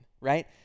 right